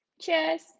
Cheers